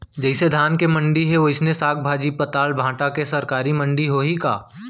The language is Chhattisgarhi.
जइसे धान के मंडी हे, वइसने साग, भाजी, पताल, भाटा के सरकारी मंडी होही का?